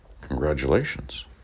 Congratulations